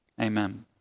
Amen